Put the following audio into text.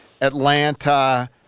Atlanta